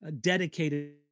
dedicated